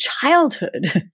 childhood